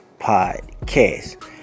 podcast